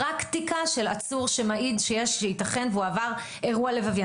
פרקטיקה של עצור שמעיד שייתכן שהוא עבר אירוע לבבי.